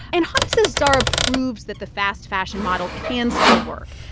and chana says zara proves that the fast fashion model can still work,